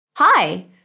Hi